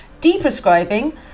deprescribing